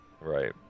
Right